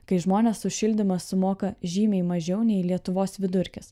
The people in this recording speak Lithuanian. kai žmonės už šildymą sumoka žymiai mažiau nei lietuvos vidurkis